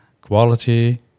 quality